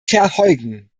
verheugen